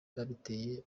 babiteye